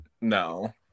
No